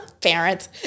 parents